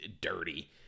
dirty